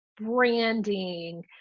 branding